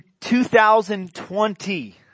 2020